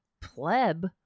pleb